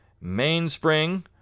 mainspring